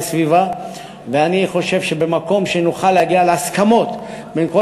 ואני חושב שבמקום שנוכל להגיע להסכמות בין כל